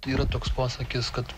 tai yra toks posakis kad